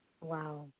Wow